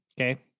okay